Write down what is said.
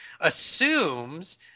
assumes